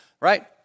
right